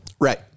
Right